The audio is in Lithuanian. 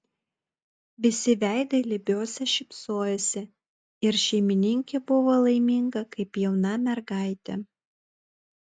visi veidai lybiuose šypsojosi ir šeimininkė buvo laiminga kaip jauna mergaitė